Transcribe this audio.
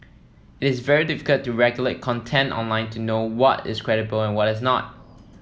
it's very difficult to regulate content online to know what is credible and what is not